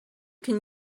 can